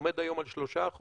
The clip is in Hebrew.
עומד היום על 3%?